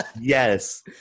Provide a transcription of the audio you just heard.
Yes